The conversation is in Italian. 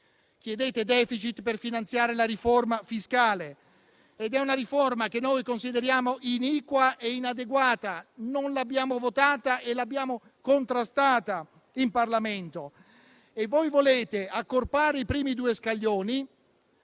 chiedete *deficit* per finanziare la riforma fiscale, ed è una riforma che noi consideriamo iniqua e inadeguata. Non l'abbiamo votata e l'abbiamo contrastata in Parlamento. Voi volete accorpare i primi due scaglioni,